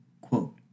Quote